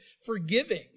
forgiving